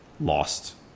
lost